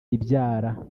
ibyara